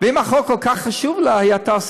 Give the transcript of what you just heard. אם החוק כל כך חשוב לה,